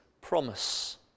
promise